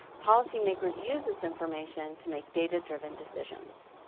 policy makers use this information to make data-driven decisions.